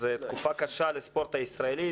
תקופה קשה לספורט הישראלי,